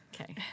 okay